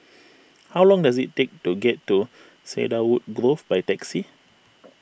how long does it take to get to Cedarwood Grove by taxi